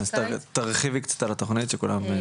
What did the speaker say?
אז תרחיבי קצת על התוכנית שכולם.